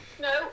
No